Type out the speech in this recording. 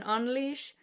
Unleash